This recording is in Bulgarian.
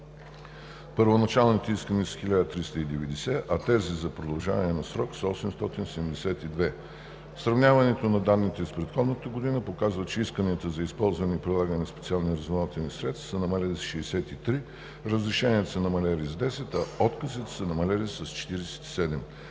Първоначалните искания са 1390, а тези за продължаване на срока са 872. Сравняването на данните с предходната година показва, че исканията за използване и прилагане на специални разузнавателни средства са намалели с 63, разрешенията са намалели с 18, а отказите са намалели с 47.